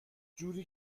جوری